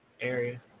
area